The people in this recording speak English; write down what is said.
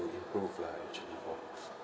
to improve lah actually from